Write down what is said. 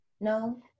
No